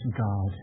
God